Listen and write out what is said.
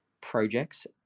projects